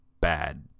Bad